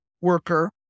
worker